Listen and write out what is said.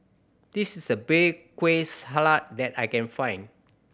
this is the bay kueh that I can find